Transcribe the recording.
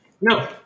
No